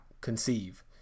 conceive